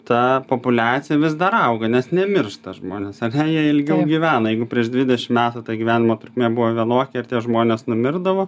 ta populiacija vis dar auga nes nemiršta žmonės ar ne jie ilgiau gyvena jeigu prieš dvidešim metų ta gyvenimo trukmė buvo vienokia ir tie žmonės numirdavo